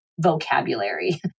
vocabulary